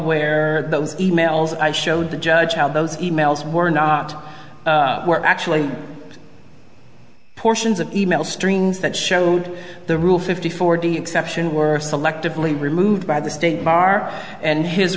where those emails i showed the judge how those emails were not were actually portions of e mail strings that showed the rule fifty forty exception were selectively removed by the state bar and his